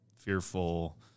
fearful